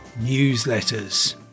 newsletters